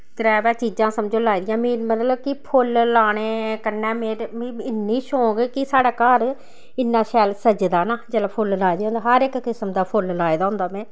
त्रैवै चीजां समझो लाई दियां में मतलब कि फुल्ल लाने कन्नै मिगी इन्नी शौंक कि साढ़ै घर इन्ना शैल सज्जदा ना जिसलै फुल्ल लाए दे होन हर इक किस्म दा फुल्ल लाए दा होंदा में